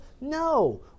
No